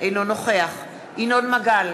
אינו נוכח ינון מגל,